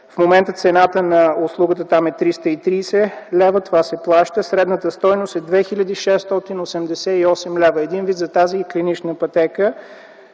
в момента цената на услугата там е 330 лв. – това се плаща. Средната стойност е 2688 лв. Един вид за тази клинична пътека